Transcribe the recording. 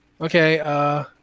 Okay